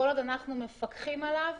כל עוד אנחנו מפקחים עליו